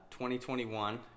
2021